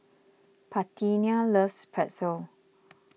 Parthenia loves Pretzel